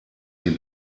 die